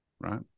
right